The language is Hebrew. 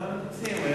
מה מציעים?